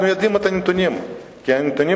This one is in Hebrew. אנחנו יודעים את הנתונים, והנתונים